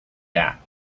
that